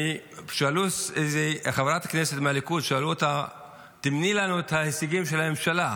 שאלו את חברת הכנסת מהליכוד: תמני לנו את ההישגים של הממשלה.